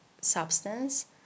substance